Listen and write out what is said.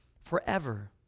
forever